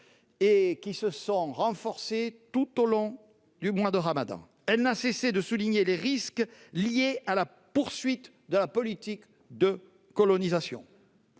et qui se sont renforcées tout au long du mois de ramadan. Elle n'a cessé de souligner les risques liés à la poursuite de la politique de colonisation.